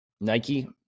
Nike